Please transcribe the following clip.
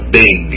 big